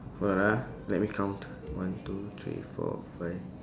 hold on ah let me count one two three four five